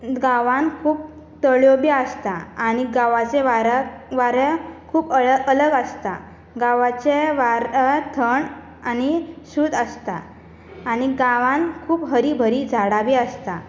गांवांत खूब तळ्यो बी आसता आनी गांवाच्या वाऱ्याक खूब अलग आसता गांवाचें वारें थंड आनी शुद्ध आसता आनी गांवांत खूब हरी बरी झाडां बी आसता